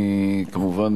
כמובן,